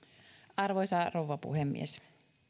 arvoisa rouva puhemies